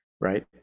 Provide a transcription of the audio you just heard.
right